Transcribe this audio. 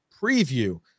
preview